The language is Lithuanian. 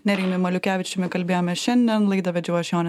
nerijumi maliukevičiumi kalbėjome šiandien laidą vedžiau aš jonė